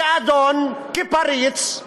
כאדון, כפריץ,